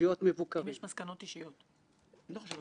שהייתי מוביל, וכיוונתי אליו.